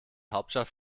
hauptstadt